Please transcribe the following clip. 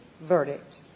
verdict